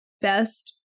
best